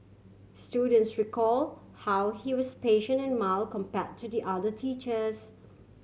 students recall how he was patient and mild compare to the other teachers